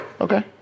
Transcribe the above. Okay